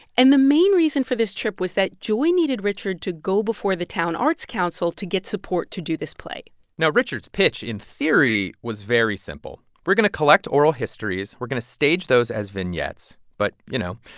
and the main reason for this trip was that joy needed richard to go before the town arts council to get support to do this play now, richard's pitch, in theory, was very simple. we're going to collect oral histories. we're going to stage those as vignettes. but, you know,